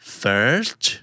first